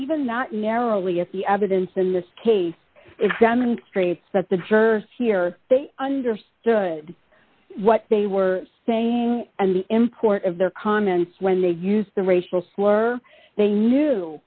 even not narrowly at the evidence in this case it demonstrates that the jurors here they understood what they were saying and the import of their comments when they used the racial slur they knew